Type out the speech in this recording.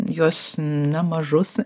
juos nemažus